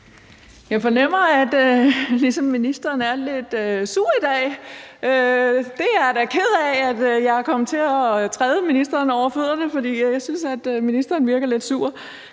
Jeg fornemmer, at ministeren ligesom er lidt sur i dag. Jeg er da ked af, at jeg er kommet til at træde ministeren over fødderne, for jeg synes, at ministeren virker lidt sur.